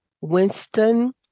Winston